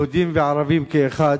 יהודים וערבים כאחד.